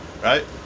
right